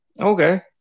Okay